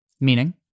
Meaning